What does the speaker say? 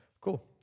Cool